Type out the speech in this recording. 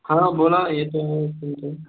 हा बोला येतो आहे आवाज तुमचा